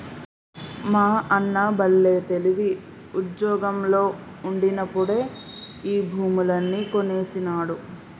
మా అన్న బల్లే తెలివి, ఉజ్జోగంలో ఉండినప్పుడే ఈ భూములన్నీ కొనేసినాడు